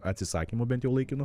atsisakymu bent jau laikinu